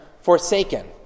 forsaken